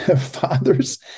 fathers